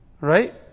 right